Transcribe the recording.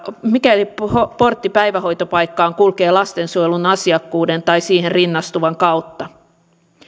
mikäli portti päivähoitopaikkaan kulkee lastensuojelun asiakkuuden tai siihen rinnastuvan kautta